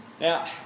now